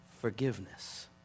forgiveness